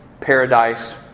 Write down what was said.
paradise